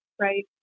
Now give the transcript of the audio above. Right